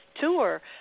tour